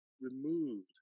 removed